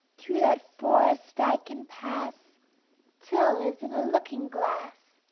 through that forest i can pass till, as in a looking-glass,